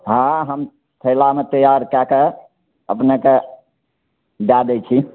हाँ हम थैलामे तैआर कए कऽ अपनेकऽ दए दै छी